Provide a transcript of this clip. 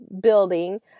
building